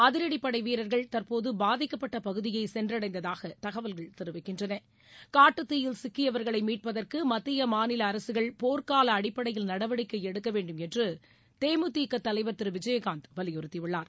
அதிரடிப்படை வீரர்கள் தற்போது பாதிக்கப்பட்ட பகுதியை சென்றடைந்தாக தகவல்கள் தெரிவிக்கின்றன காட்டுத்தீயில் சிக்கியவர்களை மீட்பதற்கு மத்திய மாநில அரசுகள் போர்க்கால அடிப்படையில் நடவடிக்கை எடுக்கவேண்டும் என்று தே மு தி க தலைவர் திரு விஜயகாந்த் வலியுறுத்தி உள்ளார்